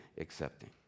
accepting